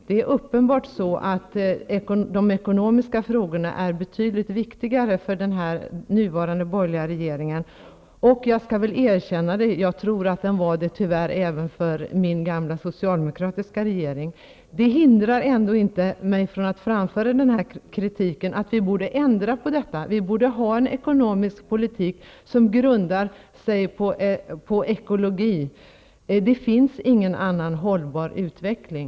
Det är uppenbarligen så att de ekonomiska frågorna är betydligt viktigare för den nuvarande borgerliga regeringen. Och jag skall väl erkänna att det tyvärr var så även när det gällde min gamla socialdemokratiska regering. Det hindrar mig ändå inte från att framföra kritik och säga att vi borde ändra på detta -- vi borde ha en ekonomisk politik som grundar sig på ekologi. Det finns ingen annan hållbar utveckling.